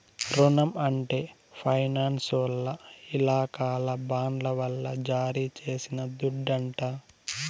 రునం అంటే ఫైనాన్సోల్ల ఇలాకాల బాండ్ల వల్ల జారీ చేసిన దుడ్డంట